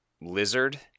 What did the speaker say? lizard